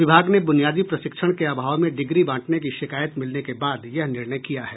विभाग ने बुनियादी प्रशिक्षण के अभाव में डिग्री बांटने की शिकायत मिलने के बाद यह निर्णय किया है